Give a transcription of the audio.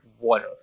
water